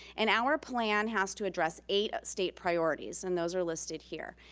and our plan has to address eight state priorities. and those are listed here.